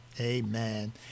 Amen